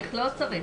תבקשו ממנו לצאת.